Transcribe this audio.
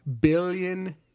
billion